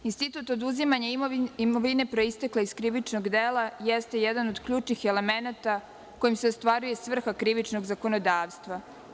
Institut oduzimanja imovine proistekle iz krivičnog dela jeste jedan od ključnih elemenata kojim se ostvaruje svrha krivičnog zakonodavstva.